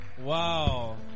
wow